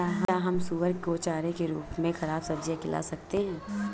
क्या हम सुअर को चारे के रूप में ख़राब सब्जियां खिला सकते हैं?